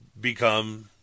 become